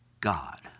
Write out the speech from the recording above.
God